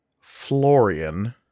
Florian